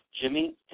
Jimmy